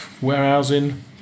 warehousing